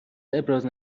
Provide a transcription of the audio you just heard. ابراز